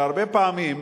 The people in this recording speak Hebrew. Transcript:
שהרבה פעמים,